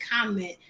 comment